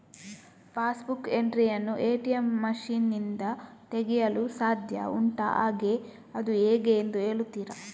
Pass book entry ಯನ್ನು ATM machine ನಿಂದ ತೆಗೆಯಲು ಸಾಧ್ಯ ಉಂಟಾ ಹಾಗೆ ಅದು ಹೇಗೆ ಎಂದು ಹೇಳುತ್ತೀರಾ?